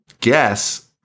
guess